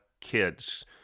kids